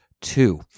two